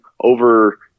over